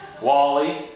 Wally